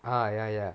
ah ya ya